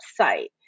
website